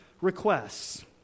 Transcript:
requests